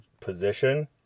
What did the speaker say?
position